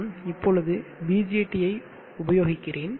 நான் இப்பொழுது BJT ஐ உபயோகிக்கிறேன்